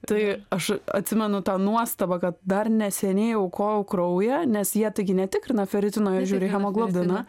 tai aš atsimenu tą nuostabą kad dar neseniai aukojau kraują nes jie taigi netikrina feritino jie žiūri hemoglobiną